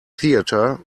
theater